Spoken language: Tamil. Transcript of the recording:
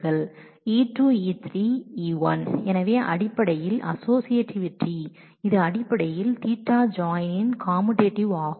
E2 ⋈ E3⋈ E1 எனவே அடிப்படையில் அஸோஸியேட்டிவிட்டி இது அடிப்படையில் Ɵ ஜாயின் உடைய காமுடேட்டிவிட்டி ஆகும்